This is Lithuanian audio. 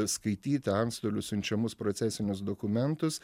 skaityti antstolių siunčiamus procesinius dokumentus